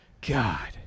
God